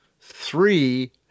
three